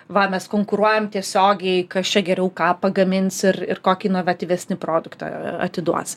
va mes konkuruojam tiesiogiai kas čia geriau ką pagamins ir ir kokį inovatyvesnį produktą atiduos